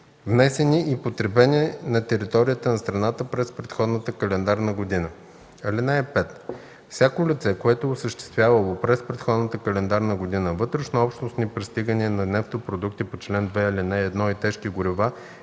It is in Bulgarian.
внесени и потребени на територията на страната през предходната календарна година.